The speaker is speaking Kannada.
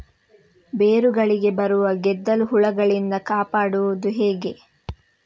ಬೇರುಗಳಿಗೆ ಬರುವ ಗೆದ್ದಲು ಹುಳಗಳಿಂದ ಕಾಪಾಡುವುದು ಹೇಗೆ?